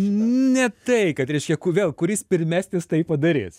ne tai kad reiškia vėl kuris pirmesnis tai padarys